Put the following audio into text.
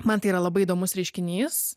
man tai yra labai įdomus reiškinys